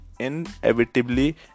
inevitably